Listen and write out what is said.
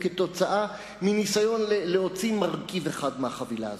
כתוצאה מניסיון להוציא מרכיב אחד מהחבילה הזאת.